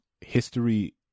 history